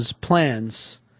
plans